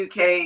UK